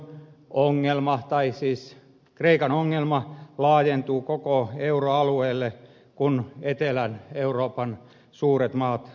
ongelmaa tai siis kreikan ongelma laajentuu koko euroalueelle kun etelä euroopan suuret maat joutuvat talouskriisiin